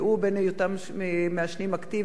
בין בהיותם מעשנים אקטיביים,